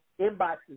inboxes